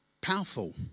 powerful